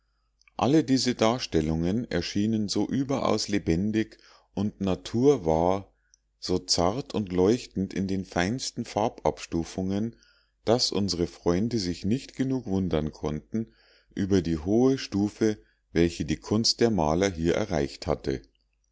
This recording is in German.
all diese darstellungen erschienen so überaus lebendig und naturwahr so zart und leuchtend in den feinsten farbenabstufungen daß unsre freunde sich nicht genug wundern konnten über die hohe stufe welche die kunst der maler hier erreicht habe